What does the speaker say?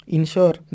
Ensure